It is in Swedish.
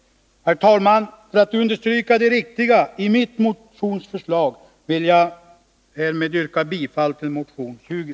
Herr talman! För att understryka det riktiga i mitt motionsförslag vill jag härmed yrka bifall till motion 20.